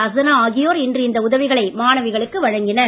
அசனா ஆகியோர் இன்று இந்த உதவிகளை மாணவிகளுக்கு வழங்கினர்